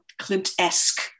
Klimt-esque